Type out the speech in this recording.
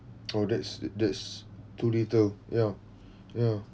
oh that's that's too little ya ya